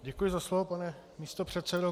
Děkuji za slovo, pane místopředsedo.